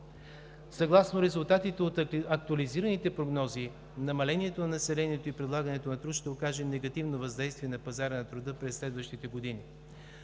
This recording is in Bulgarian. Съгласно резултатите от актуализираните прогнози, намалението на населението и предлагането на труд ще окаже негативно въздействие на пазара на труда през следващите години.